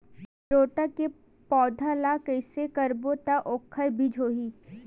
चिरैता के पौधा ल कइसे करबो त ओखर बीज होई?